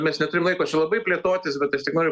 mes neturim laiko čia labai plėtotis bet aš tik noriu